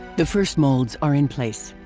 the first molds are in place.